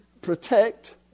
protect